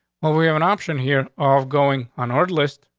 well, we have an option here, off going on order list.